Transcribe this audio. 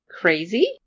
crazy